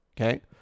okay